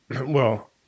Well-